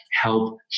help